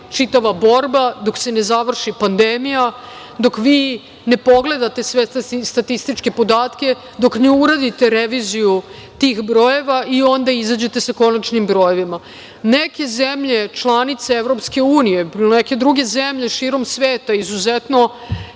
čitava borba, dok se ne završi pandemija, dok vi ne pogledate sve te statističke podatke, dok ne uradite reviziju tih brojeva i onda izađete sa konačnim brojevima. Neke zemlje članice Evropske unije i neke druge zemlje širom sveta, izuzetno